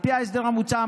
על פי ההסדר המוצע,